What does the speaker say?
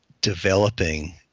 developing